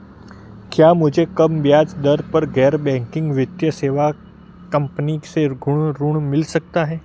क्या मुझे कम ब्याज दर पर गैर बैंकिंग वित्तीय सेवा कंपनी से गृह ऋण मिल सकता है?